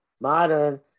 modern